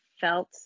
felt